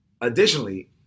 additionally